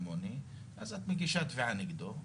אז את מגישה תביעה נגדו.